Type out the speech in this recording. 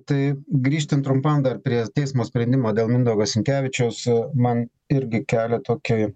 tai grįžtant trumpam dar prie teismo sprendimo dėl mindaugo sinkevičiaus man irgi kelia tokį